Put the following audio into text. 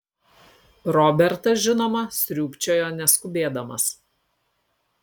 robertas žinoma sriūbčiojo neskubėdamas